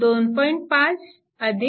तर i2 5 2